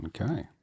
Okay